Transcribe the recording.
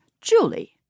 Julie